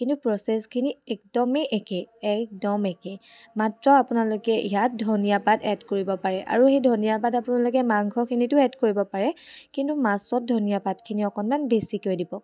কিন্তু প্ৰচেছখিনি একদমেই একে একদম একে মাত্ৰ আপোনালোকে ইয়াত ধনিয়াপাত এড কৰিব পাৰে আৰু সেই ধনিয়াপাত আপোনালোকে মাংসখিনিতো এড কৰিব পাৰে কিন্তু মাছত ধনিয়াপাতখিনি অকণমান বেছিকৈ দিব